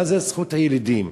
מה זה זכות הילידים?